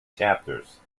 chapters